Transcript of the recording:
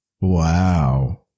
Wow